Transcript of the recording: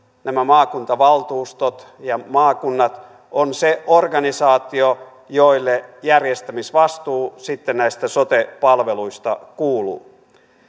nämä maakuntavaltuustot ja maakunnat on se organisaatio jolle järjestämisvastuu sitten näistä sote palveluista kuuluu